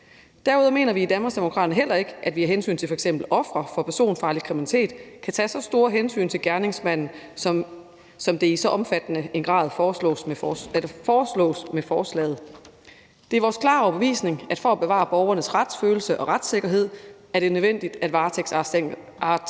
Danmarksdemokraterne heller ikke, at vi af hensyn til f.eks. ofre for personfarlig kriminalitet kan tage så store hensyn til gerningsmanden, som det i så omfattende grad foreslås med forslaget. Det er vores klare overbevisning, at for at bevare borgernes retsfølelse og retssikkerhed er det nødvendigt, at varetægtsarrestanter